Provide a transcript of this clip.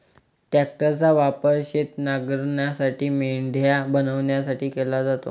ट्रॅक्टरचा वापर शेत नांगरण्यासाठी, मेंढ्या बनवण्यासाठी केला जातो